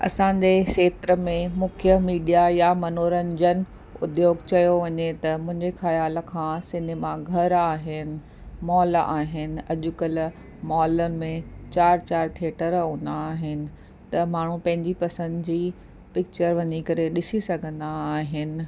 असांजे खेत्र में मुख्य मीडिया या मनोरंजनु उद्योग चयो वञे त मुंहिंजे ख़्याल खां सिनेमाघर आहिनि मॉल आहिनि अॼुकल्ह मॉलनि में चारि चारि थिएटर हूंदा आहिनि त माण्हू पंहिंजी पसंदि जी पिकिचरु वञी करे ॾिसी सघंदा आहिनि